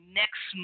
next